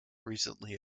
recently